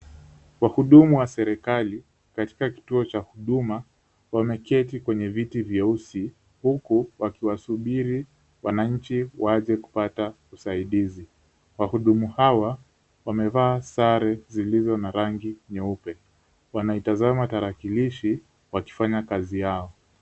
Wahudumu wa serikali katika kituo cha huduma wameketi kwenye viti vyeusi, huku wakiwasubiri wananchi waje kupata usaidizi. Wahudumu hawa wamevaa sare zilizo na rangi nyeupe, wanaitazama tarakilishi wakifanya kazi yao.